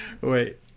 Wait